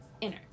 inner